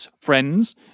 Friends